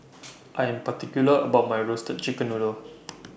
I Am particular about My Roasted Chicken Noodle